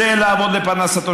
שלא יצטרכו לעבוד בשביל פרנסה.